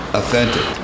authentic